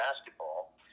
basketball